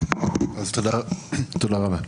תודה רבה.